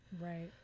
Right